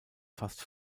fast